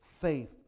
faith